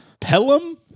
Pelham